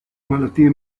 malattie